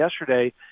yesterday